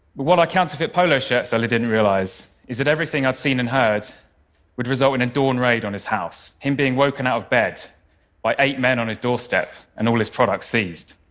what our counterfeit polo shirt seller certainly didn't realize is that everything i'd seen and heard would result in a dawn raid on his house, him being woken out of bed by eight men on his doorstep and all his product seized.